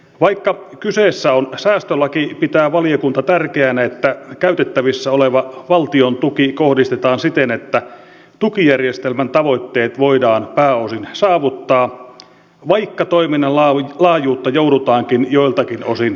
vaikka kyseessä on säästölaki pitää valiokunta tärkeänä että käytettävissä oleva valtion tuki kohdistetaan siten että tukijärjestelmän tavoitteet voidaan pääosin saavuttaa vaikka toiminnan laajuutta joudutaankin joiltakin osin supistamaan